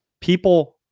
People